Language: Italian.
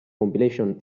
compilation